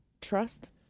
Trust